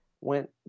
went